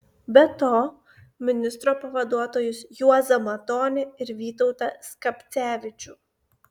be to ministro pavaduotojus juozą matonį ir vytautą skapcevičių